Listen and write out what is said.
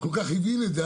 כל כך הבין את זה.